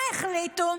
מה החליטו?